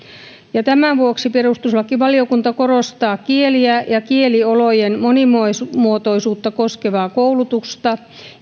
tämän vuoksi perustuslakivaliokunta korostaa kieliä ja kieliolojen monimuotoisuutta koskevaa koulutusta